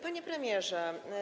Panie Premierze!